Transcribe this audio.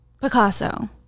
picasso